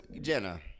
Jenna